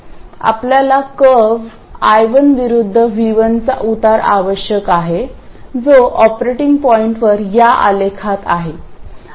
आपल्याला curve I1 विरुद्ध V1 चा उतार आवश्यक आहे जो ऑपरेटिंग पॉईंटवर या आलेखात आहे